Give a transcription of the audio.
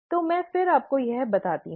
तो मैं फिर आपको यह बताती हूं